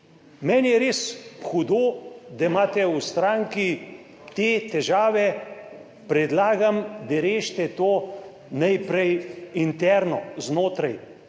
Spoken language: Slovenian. Meni je res hudo, da imate v stranki te težave; predlagam, da rešite to najprej interno, znotraj.